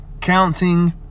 counting